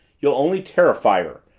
you'll only terrify her,